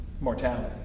mortality